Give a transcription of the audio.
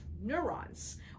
neurons